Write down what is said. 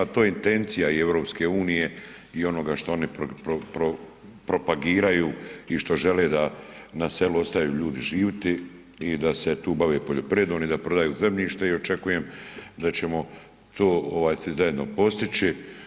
To je i intencija i Europske unije i onoga što oni propagiraju i što žele da na selu ostaju ljudi živiti i da se tu bave poljoprivredom, i da ne prodaju zemljište i očekujem da ćemo to svi zajedno postići.